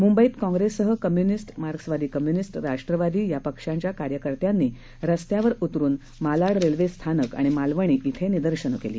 मुंबईत काँप्रेससह कम्युनिस्ट मार्क्सवादी कम्युनिस्ट राष्ट्रवादी या पक्षांच्या कार्यकर्त्यांनी रस्त्यावर उतरुन मालाड रेल्वे स्थानक आणि मालवणी क्रिं निदर्शनं केली